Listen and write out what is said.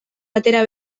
atera